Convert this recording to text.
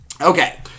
Okay